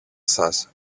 σας